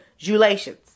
julations